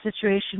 situation